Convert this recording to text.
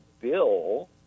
bill